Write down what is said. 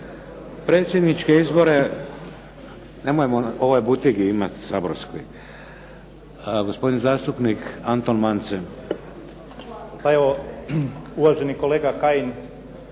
predsjedničke izbore nemojmo u ovoj butigi imat saborskoj. Gospodin zastupnik Anton Mance. **Mance, Anton